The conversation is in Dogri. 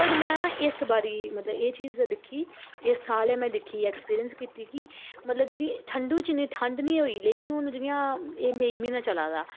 वट् में ना इस बारी मतलब एह् चीज़ दिक्खी इस साल ते में दिक्खी एक्सपीरियंस कीती कि मतलब कि जि'यां ठंडु च इ'न्नी ठंड निं होई लेकिन हून एह् जि'यां मई म्हीना चला दा